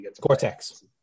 Cortex